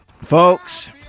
Folks